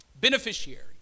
Beneficiary